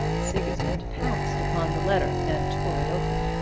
sigismund pounced upon the letter, and tore it open.